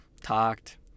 talked